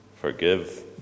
forgive